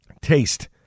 taste